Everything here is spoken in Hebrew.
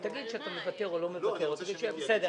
נגמור את זה ב-10 דקות.